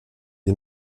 des